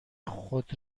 خود